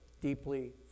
deeply